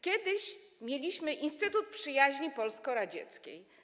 Kiedyś mieliśmy instytut przyjaźni polsko-radzieckiej.